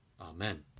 Amen